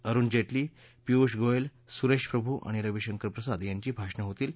अरुण जेटली पियुष गोयल सुरेश प्रभू आणि रविशंकर प्रसाद यांची भाषणं होतील